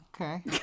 okay